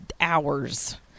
hours